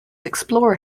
explorer